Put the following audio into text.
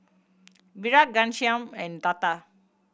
Virat Ghanshyam and Tata